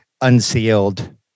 unsealed